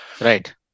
Right